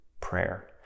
prayer